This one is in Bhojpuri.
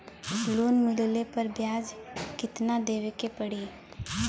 लोन मिलले पर ब्याज कितनादेवे के पड़ी?